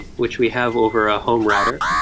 which we have over a home router.